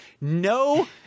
No